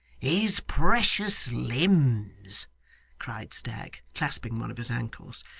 his precious limbs cried stagg, clasping one of his ankles.